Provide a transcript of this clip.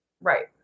Right